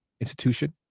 institution